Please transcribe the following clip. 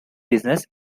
business